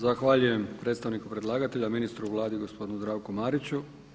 Zahvaljujem predstavniku predlagatelja, ministru u Vladi gospodinu Zdravku Mariću.